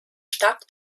stark